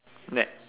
net